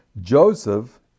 Joseph